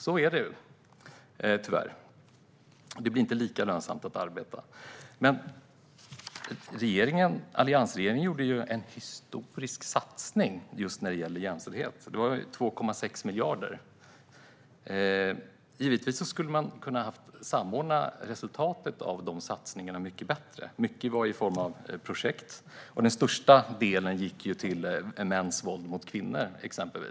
Så är det ju, tyvärr. Alliansregeringen gjorde en historisk satsning just när det gällde jämställdhet. Det var 2,6 miljarder som satsades. Givetvis skulle man ha kunnat samordna resultatet av satsningarna bättre. Mycket var i form av projekt, och den största delen gick till arbete mot mäns våld mot kvinnor.